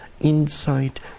Insight